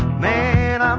man um